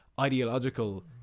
ideological